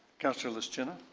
councillor lishchyna.